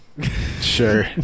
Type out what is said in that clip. Sure